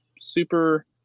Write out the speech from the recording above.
super